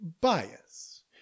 bias